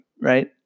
right